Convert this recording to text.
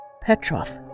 Petrov